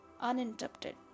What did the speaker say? uninterrupted